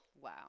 wow